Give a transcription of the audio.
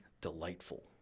delightful